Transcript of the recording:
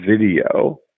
video